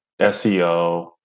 SEO